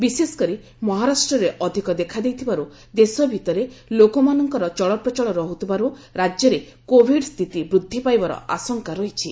ବିଶେଷକରି ମହାରାଷ୍ଟରେ ଅଧିକ ଦେଖାଦେଇଥିବାରୁ ଦେଶ ଭିତରେ ଲୋକମାନଙ୍କର ଚଳପ୍ରଚଳ ରହୁଥିବାରୁ ରାଜ୍ୟରେ କୋଭିଡ୍ ସ୍ଥିତି ବୂଦ୍ଧି ପାଇବାର ଆଶଙ୍କା ରାହିଛି